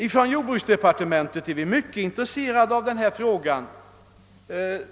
Inom jordbruksdepartementet är vi mycket intresserade av denna fråga.